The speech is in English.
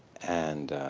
and